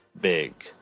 big